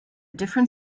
different